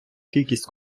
кількість